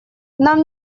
нам